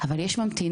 אבל יש ממתינים.